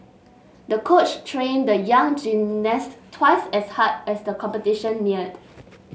the coach trained the young gymnast twice as hard as the competition neared